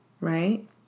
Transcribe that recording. right